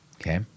Okay